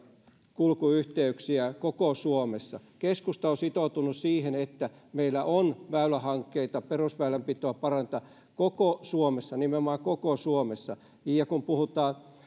kulkuyhteyksiä koko suomessa keskusta on sitoutunut siihen että meillä on väylähankkeita perusväylänpitoa parannetaan koko suomessa nimenomaan koko suomessa ja kun